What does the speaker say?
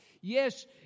Yes